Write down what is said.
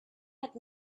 had